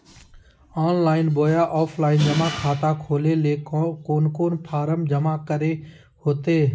Online बोया offline जमा खाता खोले ले कोन कोन फॉर्म जमा करे होते?